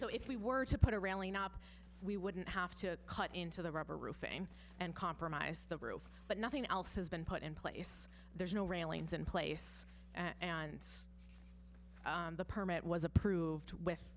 so if we were to put a railing up we wouldn't have to cut into the rubber roof and compromise the roof but nothing else has been put in place there's no railings in place and the permit was approved with